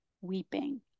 weeping